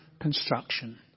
construction